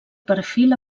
perfil